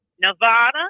Nevada